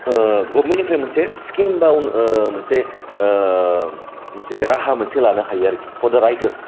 गबमेन्टनिफ्राय मोनसे स्किम बा मोनसे मोनसे राहा मोनसे लानो हायो आरखि पर दा राइथार्स